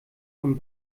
von